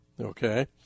okay